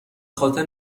خاطر